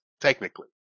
technically